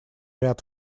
ряд